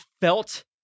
felt